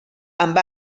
amb